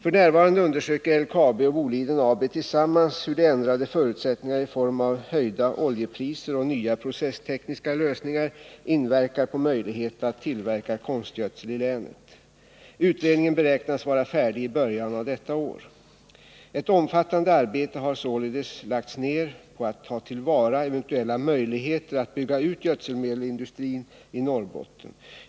F. n. undersöker LKAB och Boliden AB tillsammans hur de ändrade förutsättningarna i form av höjda oljepriser och nya processtekniska lösningar inverkar på möjligheterna att tillverka konstgödsel i länet. Utredningen beräknas vara färdig i början av detta år. Ett omfattande arbete har således lagts ned på att ta till vara eventuella möjligheter att bygga ut gödselmedelsindustrin i Norrbotten.